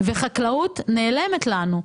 והחקלאות נעלמת לנו.